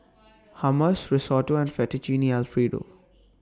Hummus Risotto and Fettuccine Alfredo